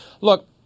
Look